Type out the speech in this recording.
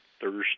Thursday